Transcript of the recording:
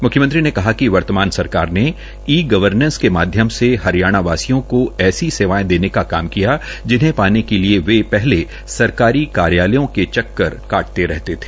मुख्यमंत्री ने कहा कि वर्तमान सरकार ने ई गवर्नेस के माध्यम से हरियाणा वासियों को ऐसी सेवायें देने का काम किया जिन्हें पाने के लिए वे पहले सरकारी कार्यालयों के चक्कर काटते रहते है